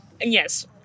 Yes